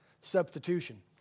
substitution